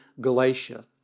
Galatia